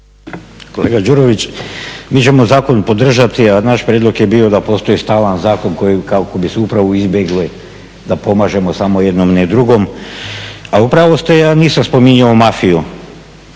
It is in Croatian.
Kolega Đurović, mi ćemo zakon podržati, a naš prijedlog je bio da postoji stalan zakon kako bi se upravo izbjeglo da pomažemo samo jednom, a ne drugom. A u pravu ste, ja nisam spominjao mafiju.